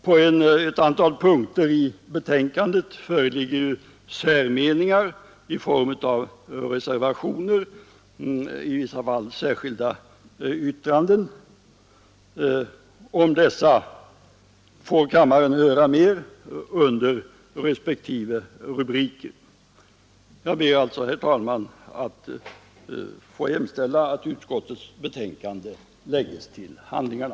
På ett antal punkter i betänkandet föreligger särmeningar i form av reservationer och i vissa fall särskilda yttranden. Om dessa får kammaren höra mer under respektive rubriker. Jag ber, herr talman, att få hemställa att utskottets betänkande lägges till handlingarna.